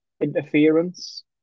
interference